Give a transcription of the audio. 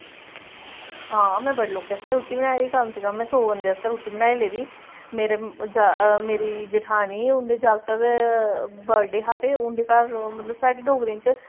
हां में बड़े लोकें आस्तै रुट्टी बनाई दी ऐ कम से कम में सौ बंदै आस्तै रुट्टी बनाई लेदी मेरे मेरी जठानी उं'दे जागतै दे बर्डे हा ते उं'दे घर मतलब साढ़े डोगरें च